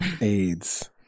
AIDS